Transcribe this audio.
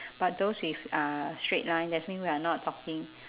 but those with uh straight line that's mean we are not talking